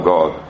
God